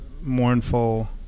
mournful